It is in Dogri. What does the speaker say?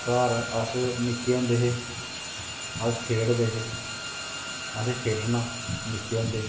घर अस निक्के होंदे हे अस खेढ़दे हे असें खेढ़ना निक्के होंदे